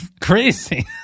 crazy